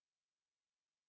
started already